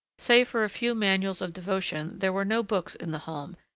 save for a few manuals of devotion there were no books in the home,